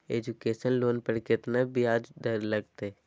Education loan पर केतना ब्याज दर लगतई?